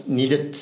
needed